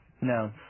No